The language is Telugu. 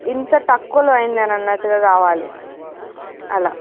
ఇంత తక్కువలో అయిందా అన్నట్టు కావాలి అలా